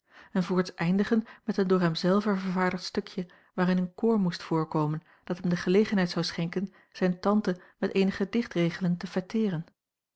en voorts eindigen met een door hem zelven vervaardigd stukje waarin een koor moest voorkomen dat hem de gelegenheid zou schenken zijne tante met eenige dichtregelen te